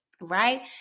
Right